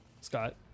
Scott